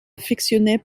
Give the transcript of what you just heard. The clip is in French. affectionnait